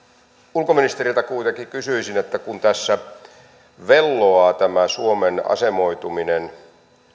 ulkoministeriltä kuitenkin kysyisin kun tässä velloo tämä suomen asemoituminen